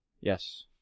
Yes